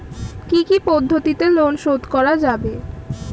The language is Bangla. কি কি পদ্ধতিতে লোন শোধ করা যাবে?